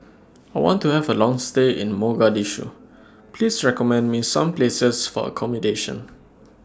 I want to Have A Long stay in Mogadishu Please recommend Me Some Places For accommodation